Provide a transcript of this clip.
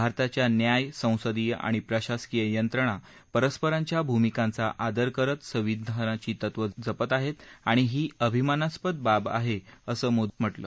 भारताच्या न्याय संसदीय आणि प्रशासकीय यंत्रणा परस्परांच्या भूमिकांचा आदर करत संविधानाची तत्व जपत आहेत आणि ही अभिमानस्पद बाब आहे असं मोदी म्हणाले